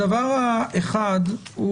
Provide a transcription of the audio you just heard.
דבר אחד,